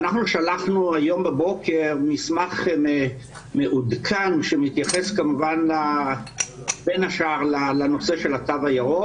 אנחנו שלחנו הבוקר מסמך מעודכן שמתייחס בין השאר לנושא של התו הירוק